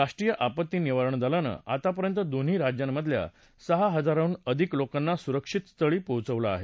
राष्ट्रीय आपत्ती निवारण दलानं आतापर्यंत दोन्ही राज्यांमधल्या सहा हजारांहून अधिक लोकांना सुरक्षितस्थळी पोहोचवलं आहे